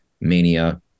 mania